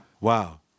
Wow